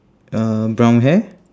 uh brown hair